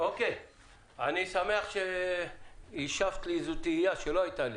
אני שמח שהשבת לי על תהייה שלא הייתה לי.